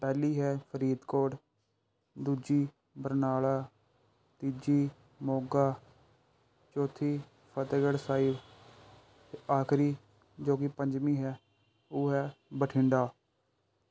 ਪਹਿਲੀ ਹੈ ਫਰੀਦਕੋਟ ਦੂਜੀ ਬਰਨਾਲਾ ਤੀਜੀ ਮੋਗਾ ਚੌਥੀ ਫਤਿਹਗੜ੍ਹ ਸਾਹਿਬ ਅਤੇ ਆਖਰੀ ਜੋ ਕਿ ਪੰਜਵੀਂ ਹੈ ਉਹ ਹੈ ਬਠਿੰਡਾ